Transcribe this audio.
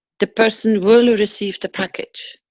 the person will receive the package